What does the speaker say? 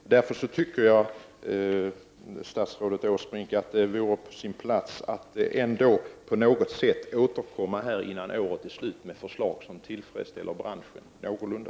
Därför tycker jag, statsrådet Åsbrink, att det vore på sin plats att man innan året är slut på något sätt återkommer med förslag som tillfredsställer branschen någorlunda.